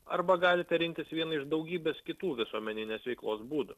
arba galite rinktis vieną iš daugybės kitų visuomeninės veiklos būdų